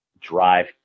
drive